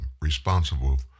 responsible